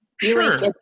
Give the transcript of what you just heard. Sure